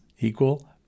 equal